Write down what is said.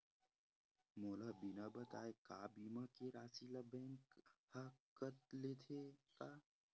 मोला बिना बताय का बीमा के राशि ला बैंक हा कत लेते का?